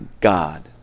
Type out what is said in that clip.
God